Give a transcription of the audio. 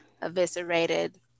eviscerated